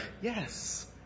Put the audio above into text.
yes